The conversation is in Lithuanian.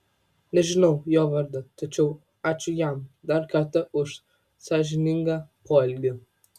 nežinau jo vardo tačiau ačiū jam dar kartą už sąžiningą poelgį